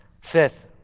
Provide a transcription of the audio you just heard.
Fifth